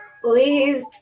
Please